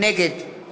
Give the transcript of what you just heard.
נגד